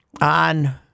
on